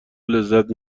لذت